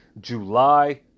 July